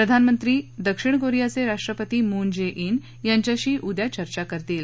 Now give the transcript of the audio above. प्रधानमंत्री दक्षिण कोरियाचे राष्ट्रपती मून जे ित यांच्याशी उद्या चर्चा करतील